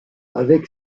avec